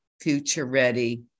future-ready